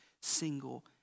single